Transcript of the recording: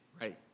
right